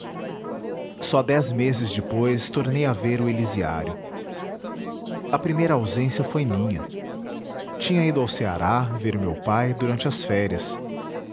só dez meses depois tornei a ver o elisiário a primeira ausência foi minha tinha ido ao ceará ver meu pai durante as férias